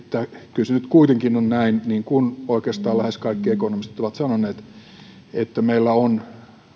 se nyt kuitenkin on näin niin kuin oikeastaan lähes kaikki ekonomistit ovat sanoneet että meillä on